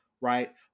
right